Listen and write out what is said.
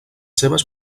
seves